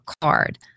card